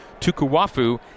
Tukuwafu